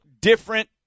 different